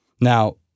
Now